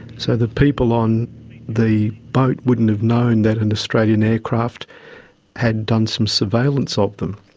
so the people on the boat wouldn't have known that an australian aircraft had done some surveillance of them.